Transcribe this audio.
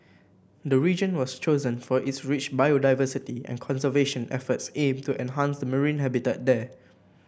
the region was chosen for its rich biodiversity and conservation efforts aim to enhance the marine habitat there